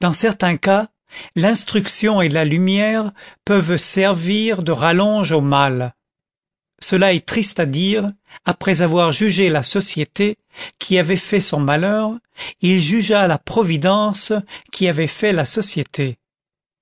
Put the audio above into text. dans certains cas l'instruction et la lumière peuvent servir de rallonge au mal cela est triste à dire après avoir jugé la société qui avait fait son malheur il jugea la providence qui avait fait la société